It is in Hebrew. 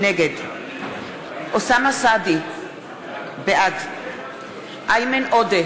נגד אוסאמה סעדי, בעד איימן עודה,